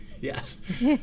Yes